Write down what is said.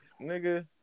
Nigga